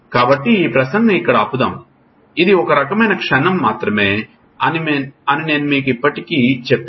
కాబట్టి ఈ ప్రసంగం ఇక్కడ ఆపుదాము ఇది ఒక రకమైన క్షణం మాత్రమే అని నేను ఇప్పటికే మీకు చెప్పాను